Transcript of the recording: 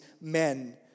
men